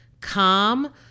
calm